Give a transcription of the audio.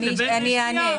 אענה.